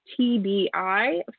TBI